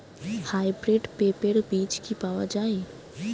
Hybrid পেঁপের বীজ কি পাওয়া যায়?